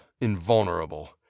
invulnerable